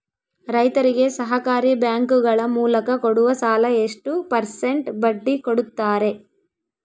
ರೈತರಿಗೆ ಸಹಕಾರಿ ಬ್ಯಾಂಕುಗಳ ಮೂಲಕ ಕೊಡುವ ಸಾಲ ಎಷ್ಟು ಪರ್ಸೆಂಟ್ ಬಡ್ಡಿ ಕೊಡುತ್ತಾರೆ?